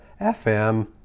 FM